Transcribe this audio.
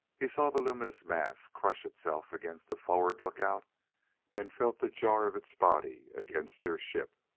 he saw the luminous mass crush itself against a forward lookout and felt the jar of its body against their ship.